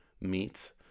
meat